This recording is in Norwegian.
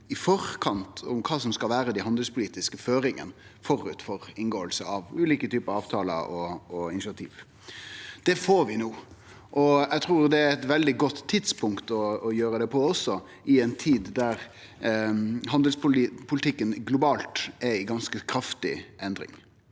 diskusjon om kva som skal vere dei handelspolitiske føringane, føre inngåinga av ulike typar avtalar og initiativ. Det får vi no, og eg trur det er eit veldig godt tidspunkt å gjere det på, i ei tid der handelspolitikken globalt er i ganske kraftig endring.